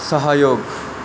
सहयोग